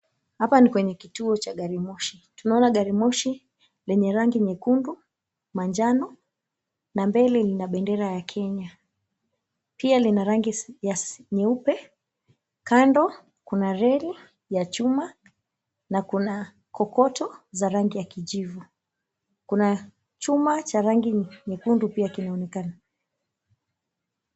Hapa ni kwenye kituo cha garimoshi lenye rangi nyekundu, manjano na mbele ina bendera ya Kenya. Pia lina rangi ya nyeupe kando kuna reli ya chuma na kuna kokoto za rangi ya kijivu. Kuna chuma cha rangi nyekundu pia kimeonekana.